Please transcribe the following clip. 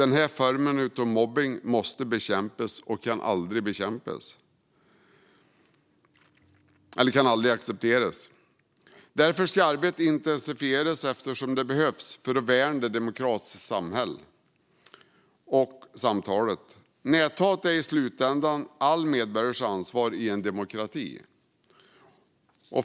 Den här formen av mobbning måste bekämpas och kan aldrig accepteras. Därför ska arbetet intensifieras eftersom det behövs för att värna det demokratiska samhället och samtalet. Näthatet är i slutändan alla medborgares ansvar i en demokrati.